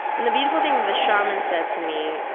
and the beautiful thing that the shaman said to me,